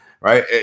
right